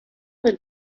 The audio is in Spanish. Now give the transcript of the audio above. del